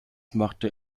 machte